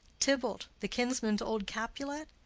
tybalt, the kinsman to old capulet,